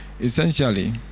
Essentially